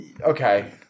okay